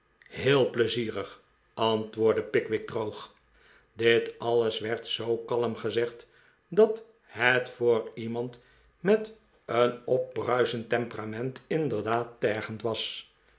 heel pleizierig antwoordde pickwick droog dit alles werd zoo kalm gezegd dat het voor iemand met een opbruisend temperament inderdaad tergend was